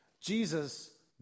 Jesus